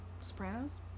Sopranos